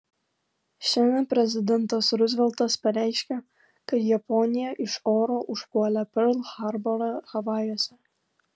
šiandien prezidentas ruzveltas pareiškė kad japonija iš oro užpuolė perl harborą havajuose